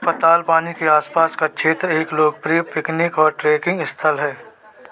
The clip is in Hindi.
पातालपानी के आस पास का क्षेत्र एक लोकप्रिय पिकनिक और ट्रेकिंग स्थल है